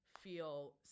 feel